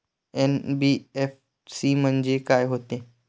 NBFC म्हणजे का होते?